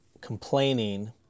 complaining